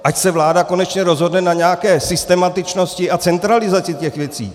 Ať se vláda konečně rozhodne na nějaké systematičnosti a centralizaci těchto věcí.